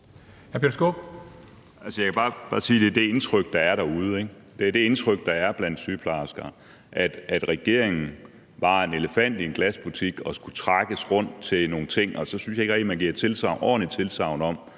Jeg kan bare sige, at det er det indtryk, der er derude, ikke? Det er det indtryk, der er blandt sygeplejersker, at regeringen var en elefant i en glasbutik og skulle trækkes rundt til nogle ting. Og så synes jeg ikke rigtig, man giver ordentligt tilsagn om